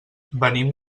venim